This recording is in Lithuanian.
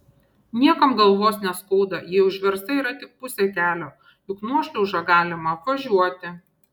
niekam galvos neskauda jei užversta yra tik pusė kelio juk nuošliaužą galima apvažiuoti